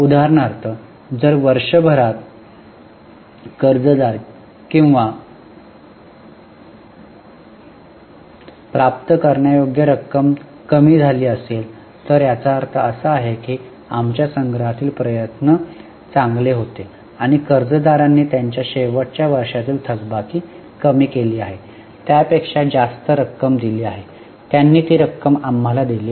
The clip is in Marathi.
उदाहरणार्थ जर वर्षभरात कर्ज दार किंवा प्राप्त करण्यायोग्य रक्कम कमी झाली असेल तर याचा अर्थ असा आहे की आमच्या संग्रहातील प्रयत्न चांगले होते आणि कर्जदारांनी त्यांच्या शेवटच्या वर्षातील थकबाकी कमी केली आहे त्यापेक्षा जास्त रक्कम दिली आहे त्यांनी ती रक्कम आम्हाला दिली आहे